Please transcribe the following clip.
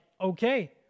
okay